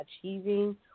achieving